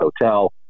hotel